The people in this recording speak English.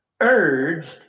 urged